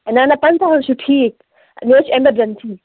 نہ نہ پنٛژاہ حظ چھُ ٹھیٖکھ مےٚ حظ چھِ ایٚمَرجَنسی